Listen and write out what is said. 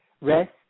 rest